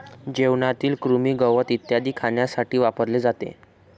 जेवणातील कृमी, गवत इत्यादी खाण्यासाठी वापरले जाते